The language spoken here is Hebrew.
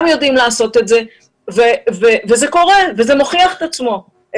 גם יודעים לעשות את זה וזה קורה וזה מוכיח את עצמו.